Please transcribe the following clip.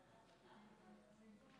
3 באוגוסט 2021, יום שלישי.